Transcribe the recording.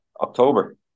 October